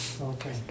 Okay